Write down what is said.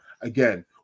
again